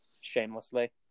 shamelessly